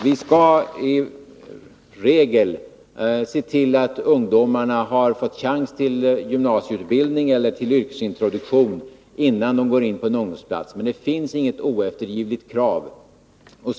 Vi skall se till att ungdomarna i regel har fått chans till gymnasieutbildning eller yrkesintroduktion innan de går in på en ungdomsplats, men det finns inget oeftergivligt krav på det.